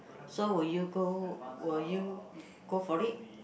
so will you go will you go for it